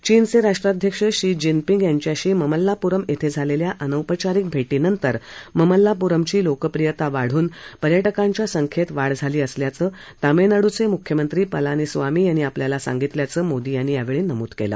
चीनचे राष्ट्राध्यक्ष Xi Jinping यांच्याशी ममल्लापुरम इथं झालेल्या अनौपचारिक भेटी नंतर ममल्लापुरमची लोकप्रियता वाढवून पर्यटकांच्या संख्येत वाढ झाली असल्याचं तामिळनाडूचे मुख्यमंत्री पलानिस्वामी यांनी आपल्याला सांगितल्याचं मोदी यांनी यावेळी नमूद केलं